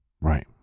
Right